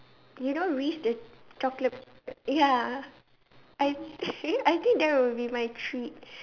you know Reese the chocolate uh ya I I think that will be my treat